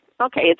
Okay